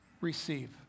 receive